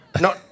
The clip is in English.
No